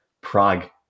prague